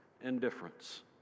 indifference